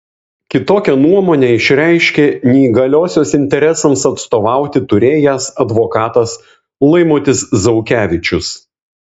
kitokią nuomonę išreiškė neįgaliosios interesams atstovauti turėjęs advokatas laimutis zaukevičius